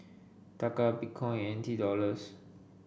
Taka Bitcoin and N T Dollars